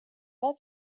pas